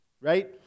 Right